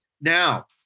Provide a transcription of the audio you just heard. Now